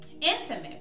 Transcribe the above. intimate